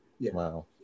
Wow